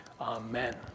amen